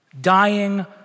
Dying